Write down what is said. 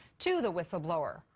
to the whistleblower.